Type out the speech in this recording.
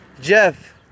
Jeff